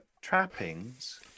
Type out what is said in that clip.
trappings